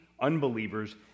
unbelievers